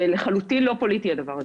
זה לחלוטין לא פוליטי הדבר הזה.